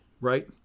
Right